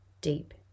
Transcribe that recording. deep